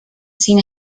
sin